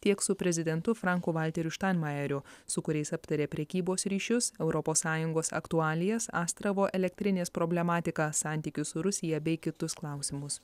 tiek su prezidentu franku valteriu štainmajeriu su kuriais aptarė prekybos ryšius europos sąjungos aktualijas astravo elektrinės problematiką santykius su rusija bei kitus klausimus